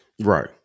Right